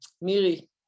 Miri